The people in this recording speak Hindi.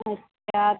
अच्छा